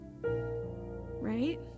right